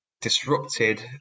disrupted